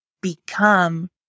become